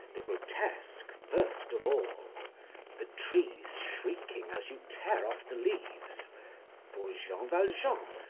the grotesque, first of all the trees shrieking as you tear off the leaves for jean valjean,